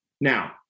Now